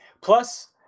Plus